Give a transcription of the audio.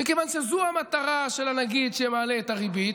מכיוון שזו המטרה של הנגיד שמעלה את הריבית,